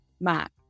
Mac